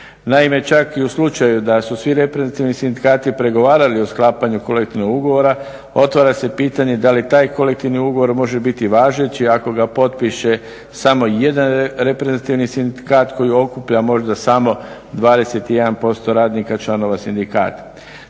Naime čak i u slučaju da su svi reprezentativni sindikati pregovarali o sklapanju kolektivnog ugovora otvara se pitanje da li taj kolektivni ugovor može biti važeći ako ga potpiše samo jedan reprezentativni sindikat koji okuplja možda samo 21% radnika članova sindikata.